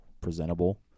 presentable